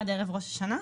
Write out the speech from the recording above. עד ערב ראש השנה,